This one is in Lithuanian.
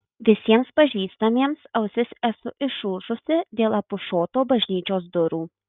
visiems pažįstamiems ausis esu išūžusi dėl apušoto bažnyčios durų